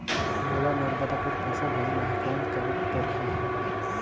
मोला नर्मदापुर पइसा भेजना हैं, कौन करेके परही?